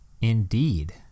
Indeed